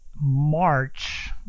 March